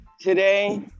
today